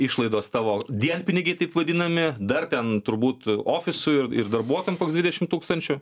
išlaidos tavo dienpinigiai taip vadinami dar ten turbūt ofisui darbuotojam koks dvidešim tūkstančių